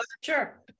Sure